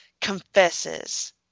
confesses